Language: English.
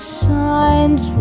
signs